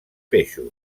peixos